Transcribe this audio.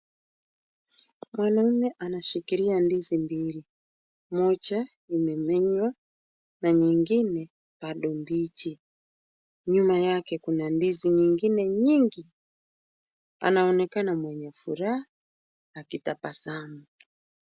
Mwanamume anashikilia ndizi mbili, moja imemenywa na nyingine bado mbichi, nyuma yake kuna ndizi nyingine nyingi, anaonekana, mwenye furaha akitabasamu.